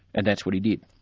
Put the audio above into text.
and that's what he did.